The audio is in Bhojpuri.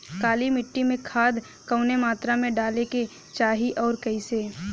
काली मिट्टी में खाद कवने मात्रा में डाले के चाही अउर कइसे?